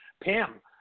Pam